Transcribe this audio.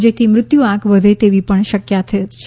જેથી મૃત્યુ આંક વધે તેવી પણ શક્યતા છે